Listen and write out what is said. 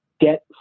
get